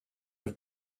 have